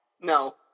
No